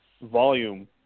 volume